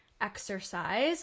exercise